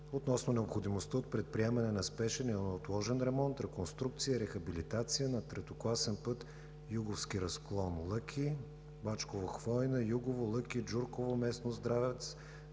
относно необходимостта от предприемане на спешен и неотложен ремонт, реконструкция и рехабилитация на третокласен път „Юговски разклон – Лъки“, III-861, Бачково – Хвойна, Югово – Лъки – Джурково – местност Здравец